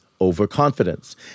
overconfidence